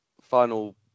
Final